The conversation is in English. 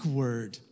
word